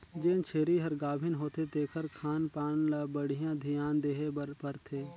जेन छेरी हर गाभिन होथे तेखर खान पान ल बड़िहा धियान देहे बर परथे